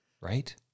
Right